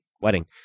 Wedding